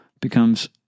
becomes